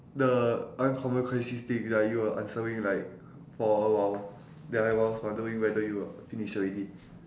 the uncommon characteristic that you are answering like for then I was wondering whether you finish already